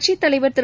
கட்சித் தலைவர் திரு